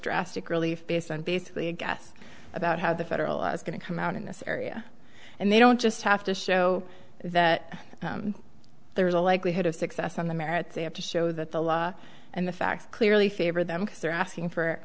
drastic relief based on basically a guess about how the federal law is going to come out in this area and they don't just have to show that there's a likelihood of success on the merits they have to show that the law and the facts clearly favor them because they're asking for